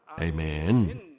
Amen